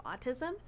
autism